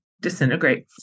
disintegrate